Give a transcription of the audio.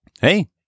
hey